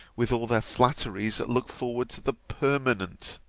with all their flatteries, look forward to the permanent.